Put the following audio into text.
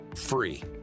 free